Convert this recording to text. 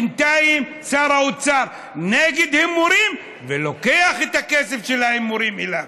בינתיים שר האוצר נגד הימורים ולוקח את הכסף של ההימורים אליו.